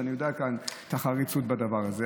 אז אני יודע כאן את החריצות בדבר הזה.